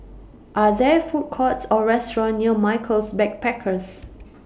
Are There Food Courts Or restaurants near Michaels Backpackers